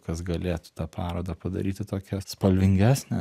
kas galėtų tą parodą padaryti tokią spalvingesnę